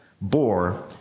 bore